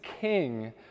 king